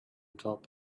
top